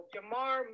Jamar